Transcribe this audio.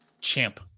Champ